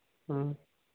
ꯎꯝ